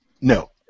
No